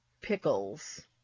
pickles